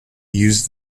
used